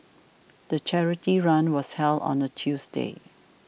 the charity run was held on a Tuesday